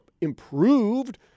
improved